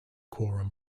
quorum